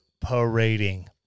parading